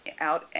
out